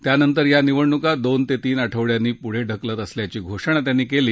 त्यानंतर या निवडणुका दोन ते तीन आठवड्यांनी पुढे ढकलत असल्याची घोषणा त्यांनी केली